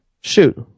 Shoot